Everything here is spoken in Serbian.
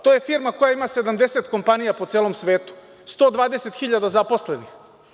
To je firma koja ima 70 kompanija po celom svetu, 120 hiljada zaposlenih.